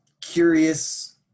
curious